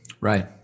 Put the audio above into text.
right